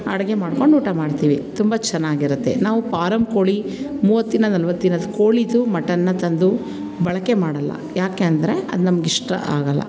ಅಡುಗೆ ಮಾಡ್ಕೊಂಡು ಊಟ ಮಾಡ್ತೀವಿ ತುಂಬ ಚೆನ್ನಾಗಿರುತ್ತೆ ನಾವು ಫಾರಮ್ ಕೋಳಿ ಮೂವತ್ತು ದಿನ ನಲವತ್ತು ದಿನದ ಕೋಳಿದು ಮಟನ್ನ ತಂದು ಬಳಕೆ ಮಾಡೋಲ್ಲ ಯಾಕೆ ಅಂದರೆ ಅದು ನಮ್ಗೆ ಇಷ್ಟ ಆಗೋಲ್ಲ